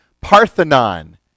Parthenon